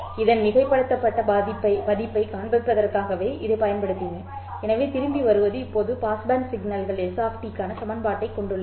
இதன் மிகைப்படுத்தப்பட்ட பதிப்பைக் காண்பிப்பதற்காகவே இதைப் பயன்படுத்தினேன் எனவே திரும்பி வருவது இப்போது பாஸ்பேண்ட் சிக்னல் கள் s க்கான சமன்பாட்டைக் கொண்டுள்ளது